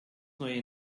neue